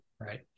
right